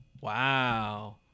Wow